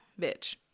bitch